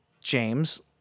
James